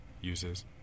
uses